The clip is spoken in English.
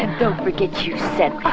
and don't forget you said